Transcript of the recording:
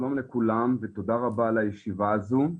שלום לכולם ותודה רבה על הישיבה הזו.